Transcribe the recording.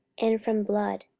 and from blood,